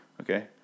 Okay